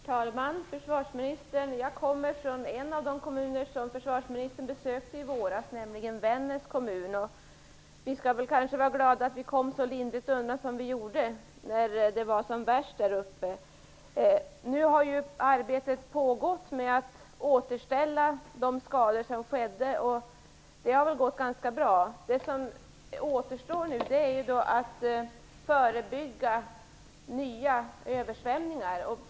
Herr talman! Jag kommer från en av de kommuner som försvarsministern besökte i våras, nämligen Vännäs kommun. Vi skall vara glada att vi kom så pass lindrigt undan när det var som värst där uppe. Det har pågått ett arbete med att åtgärda de skador som skedde, och det har gått ganska bra. Det som nu återstår är att förebygga nya översvämningar.